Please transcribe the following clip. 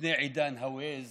לפני עידן Waze